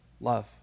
love